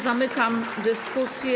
Zamykam dyskusję.